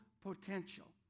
potential